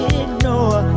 ignore